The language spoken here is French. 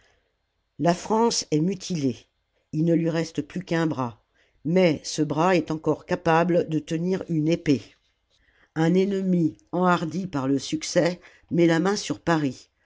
la france est mutilée il ne lui reste plus qu'un bras mais ce bras est encore capable de tenir une épée un ennemi enhardi par le succès met la main sur paris